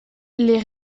les